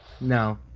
No